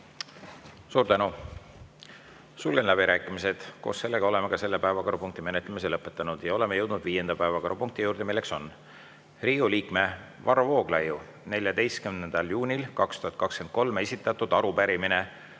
Suur tänu! Sulgen läbirääkimised. Koos sellega oleme ka selle päevakorrapunkti menetlemise lõpetanud. Oleme jõudnud viienda päevakorrapunkti juurde, milleks on Riigikogu liikme Varro Vooglaiu 14. juunil 2023 esitatud arupärimine